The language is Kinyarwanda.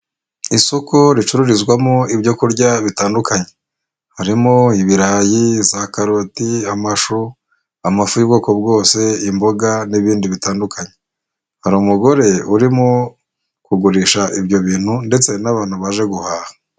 Isoko ricururizwamo ibyo kurya bitandukanye harimo ibirayi, za karoti, amashu, amafu y'ubwoko bwose, imboga n'ibindi bitandukanye, hari umugore urimo kugurisha ibyo bintu ndetse n'abantu baje guhaha.